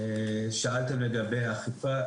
שאלתם לגבי אכיפה.